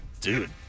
Dude